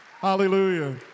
hallelujah